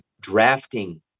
drafting